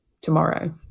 tomorrow